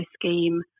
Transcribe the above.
scheme